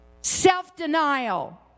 Self-denial